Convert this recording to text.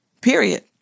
Period